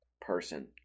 person